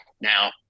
Now